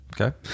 Okay